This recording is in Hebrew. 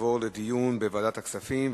תעבורנה לדיון בוועדת הכספים.